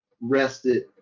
rested